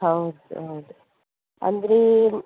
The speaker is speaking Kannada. ಹೌದು ಹೌದು ಅಂದರೆ